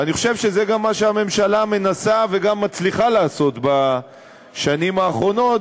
ואני חושב שזה גם מה שהממשלה מנסה וגם מצליחה לעשות בשנים האחרונות,